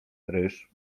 ryż